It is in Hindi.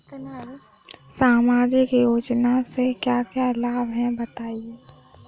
सामाजिक योजना से क्या क्या लाभ हैं बताएँ?